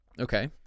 Okay